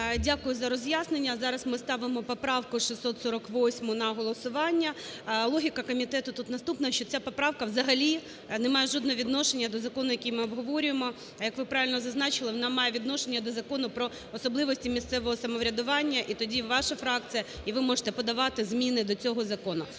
Дякую за роз'яснення. Зараз ми ставимо поправку 648 на голосування. Логіка комітету тут наступна, що ця поправка взагалі не має жодного відношення до закону, який ми обговорюємо. Як ви правильно зазначили, вона має відношення до Закону про особливості місцевого самоврядування, і тоді ваша фракція, і ви можете подавати зміни до цього закону.